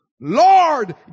Lord